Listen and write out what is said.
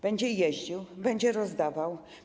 Będzie jeździł, będzie rozdawał.